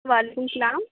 وعلیکم السّلام